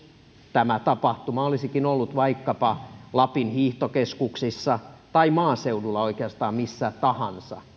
tämä tapahtuma olisikin ollut vaikkapa lapin hiihtokeskuksissa tai maaseudulla oikeastaan missä tahansa